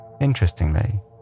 Interestingly